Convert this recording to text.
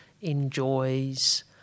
enjoys